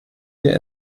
der